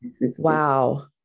Wow